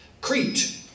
Crete